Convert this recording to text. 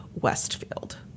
Westfield